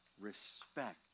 respect